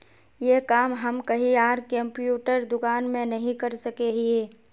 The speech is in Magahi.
ये काम हम कहीं आर कंप्यूटर दुकान में नहीं कर सके हीये?